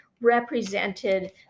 represented